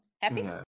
Happy